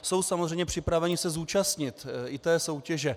Jsou samozřejmě připraveni se zúčastnit i té soutěže.